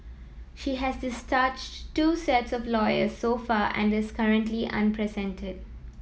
she has discharged two sets of lawyers so far and is currently unrepresented